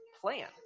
plan